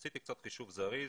עשיתי קצת חישוב זריז,